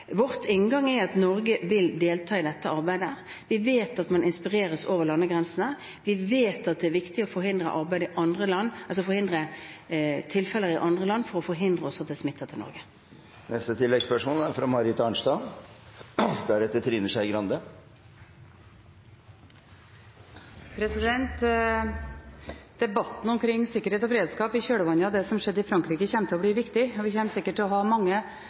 vet at man inspireres over landegrensene, vi vet at det er viktig å forhindre tilfeller i andre land for også å forhindre at det smitter til Norge. Marit Arnstad – til oppfølgingsspørsmål. Debatten omkring sikkerhet og beredskap i kjølvannet av det som skjedde i Frankrike, kommer til å bli viktig, og vi kommer sikkert til å ha mange